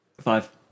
Five